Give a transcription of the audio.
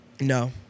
No